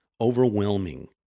Overwhelming